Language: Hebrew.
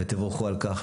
תבורכו על כך.